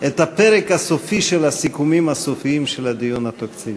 הפרק הסופי של הסיכומים הסופיים של הדיון התקציבי.